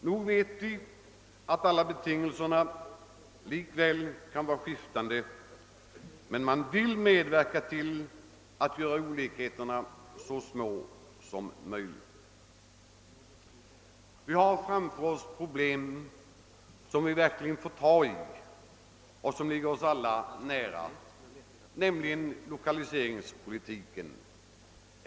Nog vet vi att betingelserna alltid blir skiftande, men regeringspartiet vill medverka till att göra olikheterna så små som möjligt. Vi har framför oss en uppgift som verkligen kräver krafttag och som ligger oss alla nära, nämligen lokaliseringspolitiken.